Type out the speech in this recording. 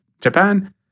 Japan